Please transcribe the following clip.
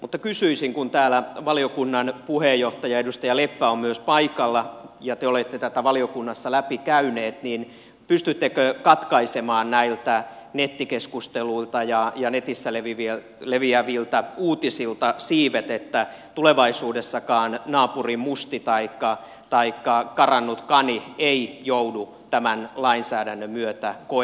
mutta kysyisin kun täällä valiokunnan puheenjohtaja edustaja leppä on myös paikalla ja te olette tätä valiokunnassa läpi käyneet pystyttekö katkaisemaan näiltä nettikeskusteluilta ja netissä leviäviltä uutisilta siivet että tulevaisuudessakaan naapurin musti taikka karannut kani ei joudu tämän lainsäädännön myötä koe eläinkäyttöön